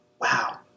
wow